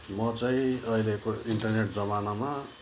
म चाहिँ अहिलेको इन्टरनेट जमानामा